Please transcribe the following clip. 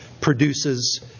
produces